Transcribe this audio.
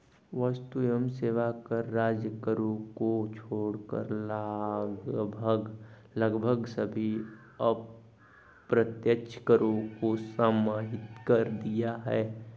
वस्तु एवं सेवा कर राज्य करों को छोड़कर लगभग सभी अप्रत्यक्ष करों को समाहित कर दिया है